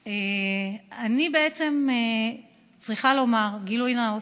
אני בעצם צריכה לומר גילוי נאות.